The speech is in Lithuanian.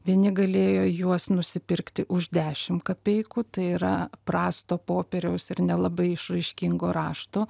vieni galėjo juos nusipirkti už dešim kapeikų tai yra prasto popieriaus ir nelabai išraiškingo rašto